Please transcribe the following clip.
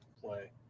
play